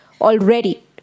already